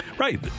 Right